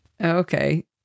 Okay